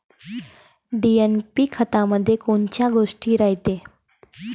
DAP खतामंदी कोनकोनच्या गोष्टी रायते?